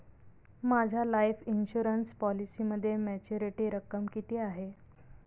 माझ्या life insurance पॉलिसीमध्ये maturity रक्कम किती आहे?